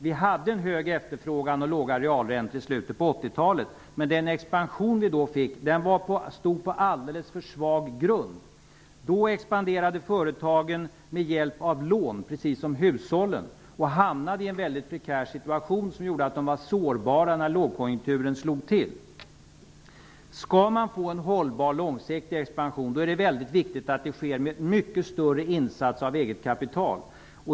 Vi hade en hög efterfrågan och låga realräntor i slutet på 80-talet, men den expansion vi då fick stod på alldeles för svag grund. Då expanderade företagen med hjälp av lån, precis som hushållen, och hamnade i en prekär situation, som gjorde att de var sårbara när lågkonjunkturen slog till. Om man skall få en hållbar, långsiktig expansion är det viktigt att det sker med mycket större insats av eget kapital.